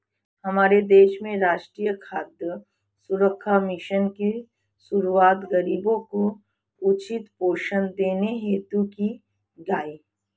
हमारे देश में राष्ट्रीय खाद्य सुरक्षा मिशन की शुरुआत गरीबों को उचित पोषण देने हेतु की गई